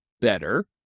better